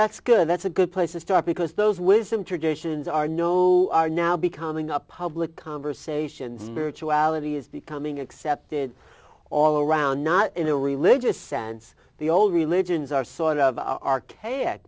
that's good that's a good place to start because those wisdom traditions are no are now becoming a public conversation spirituality is becoming accepted all around not in a religious sense the old religions are sort of